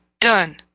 done